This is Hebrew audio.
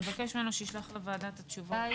נבקש ממנו שישלח לוועדה את התשובות.